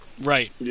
Right